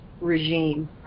regime